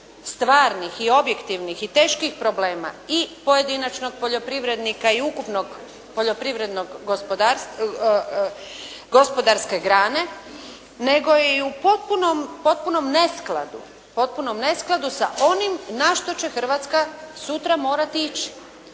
stvarnih i objektivnih i teških problema i pojedinačnog poljoprivrednika i ukupne poljoprivrede gospodarske grane, nego je i u potpunom neskladu sa onim na što će Hrvatska sutra morati ići.